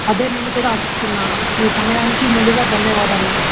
అదే నేను కూడా ఆశిస్తున్నాను మీ సమయానికి ముందుగా ధన్యవాదముండి